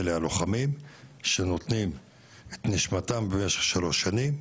אלו הלוחמים שנותנים את נשמתם במשך שלוש שנים,